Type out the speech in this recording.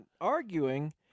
arguing